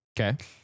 Okay